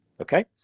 okay